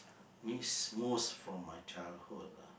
miss most from my childhood lah